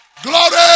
glory